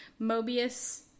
mobius